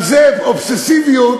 אבל, אובססיביות,